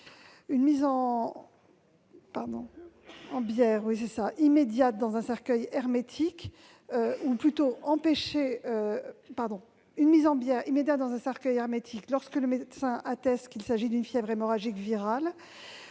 une mise en bière immédiate dans un cercueil hermétique lorsque le médecin atteste qu'il s'agit d'une fièvre hémorragique virale,